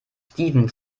steven